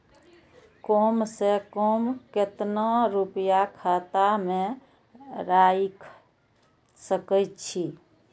कम से कम केतना रूपया खाता में राइख सके छी?